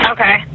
Okay